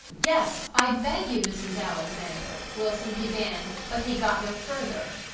yes, i beg you, mrs. alexander, wilson began, but he got no further.